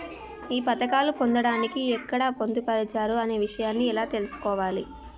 ఈ పథకాలు పొందడానికి ఎక్కడ పొందుపరిచారు అనే విషయాన్ని ఎలా తెలుసుకోవాలి?